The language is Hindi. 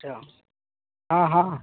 अच्छा हाँ हाँ